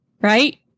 Right